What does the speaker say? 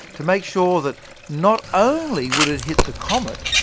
to make sure that not only would it hit the comet,